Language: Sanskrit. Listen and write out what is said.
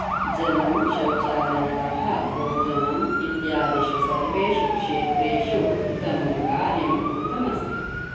जलं शौचालयाः भोजनम् इत्यादिषु सर्वेषु क्षेत्रेषु उत्तमं कार्यं कृतमस्ति